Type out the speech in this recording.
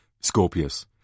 Scorpius